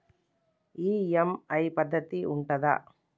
EMI పద్ధతి ఉంటదా?